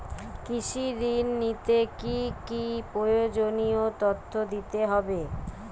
কৃষি ঋণ নিতে কি কি প্রয়োজনীয় তথ্য দিতে হবে?